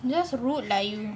just route lain